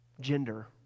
gender